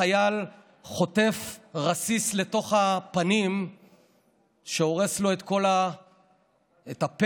חייל חוטף לתוך הפנים רסיס שהורס לו את הפה,